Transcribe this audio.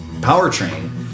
powertrain